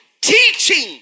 teaching